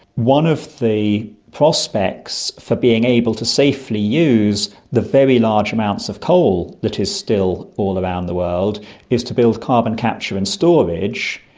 one of the prospects for being able to safely use the very large amounts of coal that is still all around the world is to build carbon capture and storage.